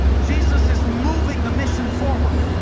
jesus is moving the mission forward.